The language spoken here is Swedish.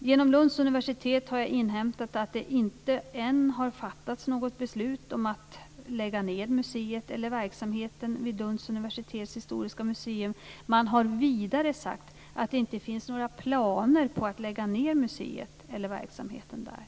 Genom Lunds universitet har jag inhämtat att det inte än har fattats något beslut om att lägga ned museet eller verksamheten vid Lunds universitets historiska museum. Man har vidare sagt att det inte finns några planer på att lägga ned museet eller verksamheten där.